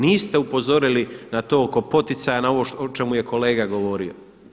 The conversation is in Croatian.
Niste upozorili na to oko poticaja ovo o čemu je kolega govorio.